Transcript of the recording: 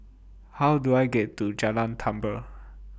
How Do I get to Jalan Tambur